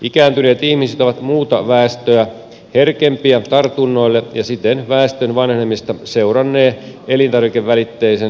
ikääntyneet ihmiset ovat muuta väestöä herkempiä tartunnoille ja siten väestön vanhenemista seurannee elintarvikevälitteisen sairastavuuden lisääntyminen